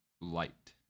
light